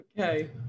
Okay